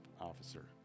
officer